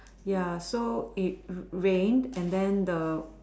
ya so it rained and then the